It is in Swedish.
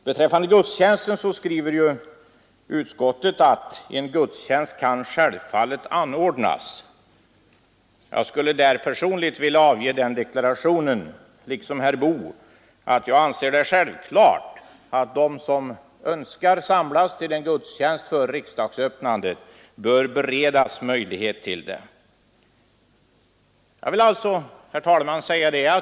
Beträffande gudstjänsten skriver utskottet: ”En gudstjänst kan självfallet anordnas.” Där vill jag liksom herr Boo avge den personliga deklarationen att jag anser det självklart att de som önskar samlas till en gudstjänst före riksdagsöppnandet bör beredas möjligheter härtill. Herr talman!